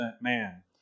man